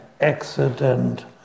accident